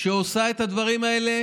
שעושה את הדברים האלה